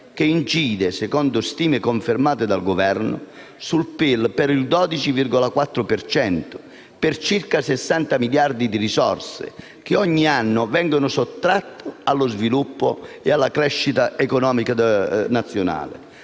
che secondo stime confermate dal Governo, incide sul PIL per il 12,4 cento, con circa 60 miliardi di euro di risorse che ogni anno vengono sottratte allo sviluppo e alla crescita economica nazionale.